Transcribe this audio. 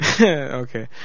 Okay